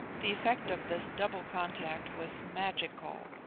the effect of this double contact was magical.